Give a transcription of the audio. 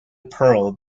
pearl